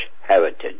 heritage